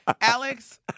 Alex